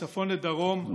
מצפון לדרום,